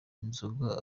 inzoga